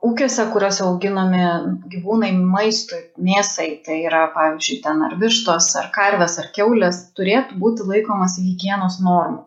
ūkiuose kuriuose auginami gyvūnai maistui mėsai tai yra pavyzdžiui ten ar vištos ar karvės ar kiaulės turėtų būti laikomasi higienos normų